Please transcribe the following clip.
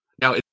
Now